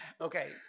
Okay